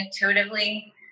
intuitively